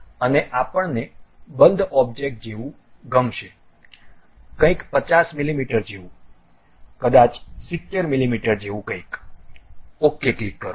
અને આપણને બંધ ઓબ્જેક્ટ જેવું ગમશે કંઈક 50 મીમી જેવું કદાચ 70 મીમી જેવું કંઈક OK ક્લિક કરો